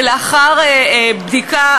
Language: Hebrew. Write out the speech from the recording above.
לאחר בדיקה,